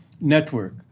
network